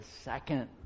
second